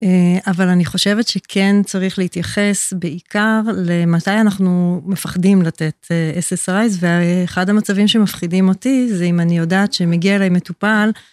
אבל אני חושבת שכן צריך להתייחס בעיקר למתי אנחנו מפחדים לתת אסס רייז, ואחד המצבים שמפחידים אותי זה אם אני יודעת שמגיע אליי מטופל.